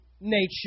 nature